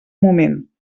moment